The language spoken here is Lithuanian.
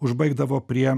užbaigdavo prie